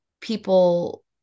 people